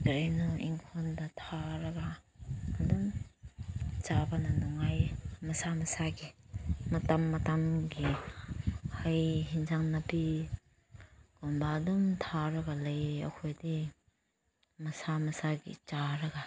ꯀꯔꯤꯅꯣ ꯏꯪꯈꯣꯜꯗ ꯊꯥꯔꯒ ꯑꯗꯨꯝ ꯆꯥꯕꯅ ꯅꯨꯡꯉꯥꯏ ꯃꯁꯥ ꯃꯁꯥꯒꯤ ꯃꯇꯝ ꯃꯇꯝꯒꯤ ꯍꯩ ꯌꯦꯟꯁꯥꯡ ꯅꯥꯄꯤꯒꯨꯝꯕ ꯑꯗꯨꯝ ꯊꯥꯔꯒ ꯂꯩ ꯑꯩꯈꯣꯏꯗꯤ ꯃꯁꯥ ꯃꯁꯥꯒꯤ ꯆꯥꯔꯒ